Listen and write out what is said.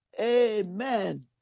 Amen